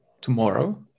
tomorrow